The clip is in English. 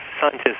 scientists